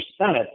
Senate